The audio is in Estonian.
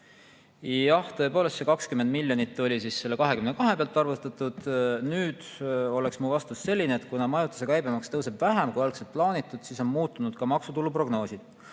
Jah, tõepoolest see 20 miljonit oli arvestatud 22% pealt. Nüüd oleks mu vastus selline, et kuna majutuse käibemaks tõuseb vähem, kui algselt plaanitud, on muutunud ka maksutuluprognoosid.